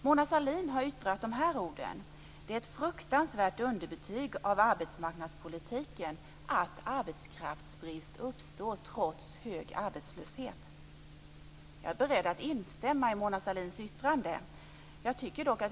Mona Sahlin har yttrat de här orden: Det är ett fruktansvärt underbetyg av arbetsmarknadspolitiken att arbetskraftsbrist uppstår trots hög arbetslöshet. Jag är beredd att instämma i Mona Sahlins yttrande.